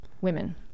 women